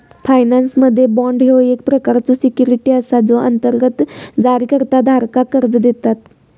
फायनान्समध्ये, बाँड ह्यो एक प्रकारचो सिक्युरिटी असा जो अंतर्गत जारीकर्ता धारकाक कर्जा देतत